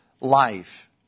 life